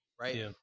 right